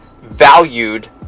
valued